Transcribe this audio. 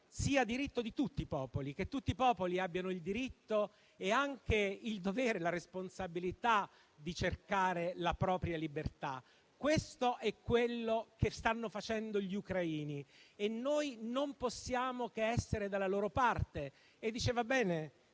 sia di tutti i popoli; credo che tutti i popoli abbiano il diritto e anche il dovere e la responsabilità di cercare la propria libertà. Questo è quello che stanno facendo gli ucraini e noi non possiamo che essere dalla loro parte.